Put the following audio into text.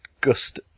gust